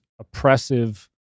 oppressive